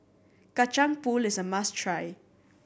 Kacang Pool is a must try